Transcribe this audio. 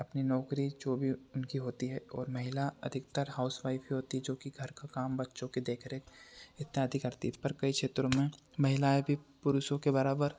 अपनी नौकरी जो भी उनकी होती है और महिला अधिकतर हाउसवाइफ ही होती जो कि घर का काम बच्चों के देखरेख इत्यादि करती है पर कई क्षेत्रों में महिलाएँ भी पुरुषों के बराबर